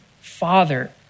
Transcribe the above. father